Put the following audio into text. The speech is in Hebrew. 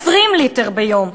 20 ליטר ביום.